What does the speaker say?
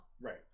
Right